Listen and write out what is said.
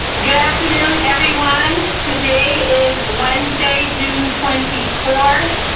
good afternoon everyone. today is wednesday, june twenty four.